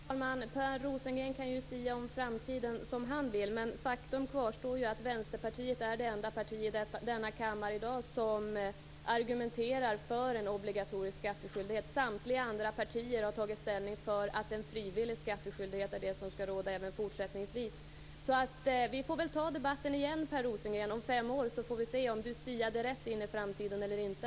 Fru talman! Per Rosengren kan sia om framtiden som han vill. Men faktum kvarstår ju, att Vänsterpartiet är det enda parti i denna kammare som i dag argumenterar för en obligatorisk skattskyldighet. Samtliga övriga partier har tagit ställning för att en frivillig skattskyldighet är det som ska råda även fortsättningsvis. Vi får väl ta debatten igen om fem år så får vi se om Per Rosengren siade rätt in i framtiden eller inte.